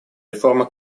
реформа